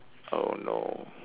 oh no